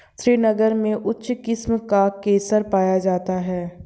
श्रीनगर में उच्च किस्म का केसर पाया जाता है